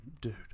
dude